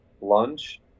Lunch